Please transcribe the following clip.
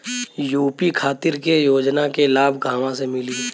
UP खातिर के योजना के लाभ कहवा से मिली?